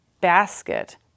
basket